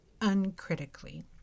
uncritically